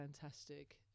fantastic